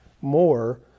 more